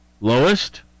Lowest